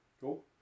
Cool